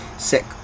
sick